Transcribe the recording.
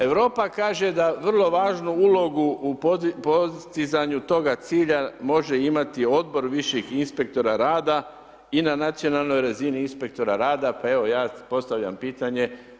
Europa kaže da vrlo važnu ulogu u postizanju toga cilja može imati odbor viših inspektora rada i na nacionalnoj razini inspektora rada, pa evo ja postavljam pitanje.